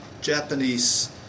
Japanese